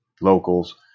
locals